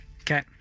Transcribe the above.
Okay